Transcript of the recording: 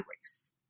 race